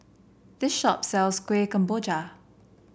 this shop sells Kueh Kemboja